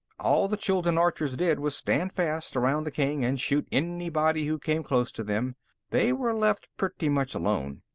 all the chuldun archers did was stand fast around the king and shoot anybody who came close to them they were left pretty much alone.